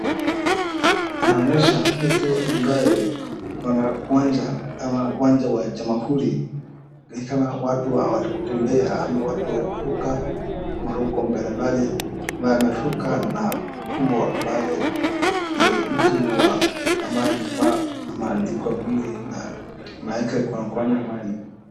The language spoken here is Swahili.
Inaonyesha mtu ambaye ako kwa uwanja wa jamhuri. Ni kama watu wa kutembea ama watu wa kuruka maruko mbalimbali ambaye anaruka na kubwa ambaye mtu wa kama amevaa ameandikwa mwili na nyuma yake kuna mkono wa amani.